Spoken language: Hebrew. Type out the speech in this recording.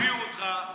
אותך,